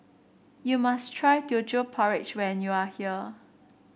you must try Teochew Porridge when you are here